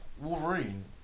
Wolverine